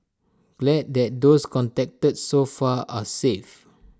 glad that those contacted so far are safe